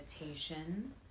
meditation